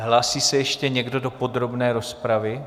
Hlásí se ještě někdo do podrobné rozpravy?